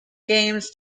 games